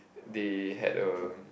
they had a